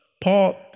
Paul